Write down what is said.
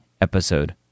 episode